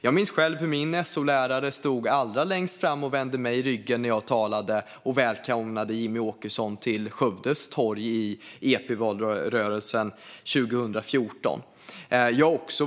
Jag minns själv hur min SO-lärare stod allra längst fram och vände mig ryggen när jag talade och välkomnade Jimmie Åkesson till Skövdes torg i valrörelsen inför valet till Europaparlamentet 2014.